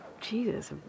Jesus